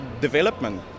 development